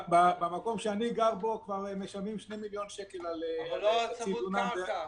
במקום שאני גר בו כבר משלמים 2 מיליון שקל על חצי דונם קרקע.